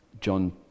john